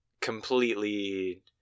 completely